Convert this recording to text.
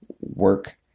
work